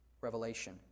revelation